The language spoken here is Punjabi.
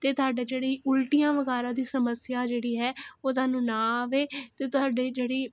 ਤੇ ਤਾਡਾ ਜਿਹੜੀ ਉਲਟੀਆਂ ਵਗਾਰਾ ਦੀ ਸਮੱਸਿਆ ਜਿਹੜੀ ਹੈ ਉਹ ਧਾਨੂੰ ਨਾ ਆਵੇ ਤੇ ਤੁਹਾਡੇ ਜਿਹੜੀ